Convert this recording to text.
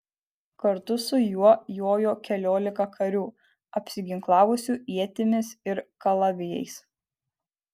kartu su juo jojo keliolika karių apsiginklavusių ietimis ir kalavijais